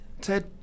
Ted